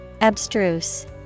Abstruse